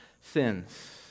sins